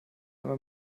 immer